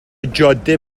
جاده